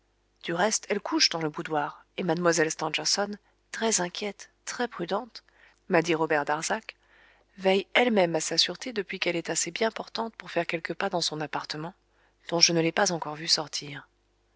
du reste elles couchent dans le boudoir et mlle stangerson très inquiète très prudente m'a dit robert darzac veille elle-même à sa sûreté depuis qu'elle est assez bien portante pour faire quelques pas dans son appartement dont je ne l'ai pas encore vue sortir